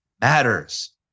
matters